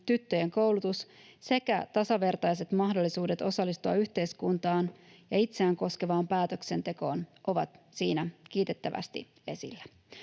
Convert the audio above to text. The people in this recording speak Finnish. tyttöjen koulutus sekä tasavertaiset mahdollisuudet osallistua yhteiskuntaan ja itseään koskevaan päätöksentekoon ovat siinä kiitettävästi esillä.